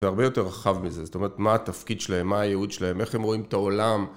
זה הרבה יותר רחב מזה, זאת אומרת מה התפקיד שלהם, מה הייעוד שלהם, איך הם רואים את העולם.